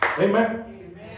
Amen